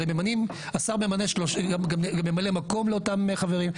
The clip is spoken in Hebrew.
הרי השר ממנה גם ממלאי מקום לאותם חברים,